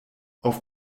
auf